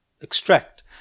extract